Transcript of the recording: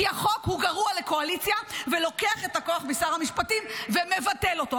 כי החוק הוא גרוע לקואליציה ולוקח את הכוח משר המשפטים ומבטל אותו.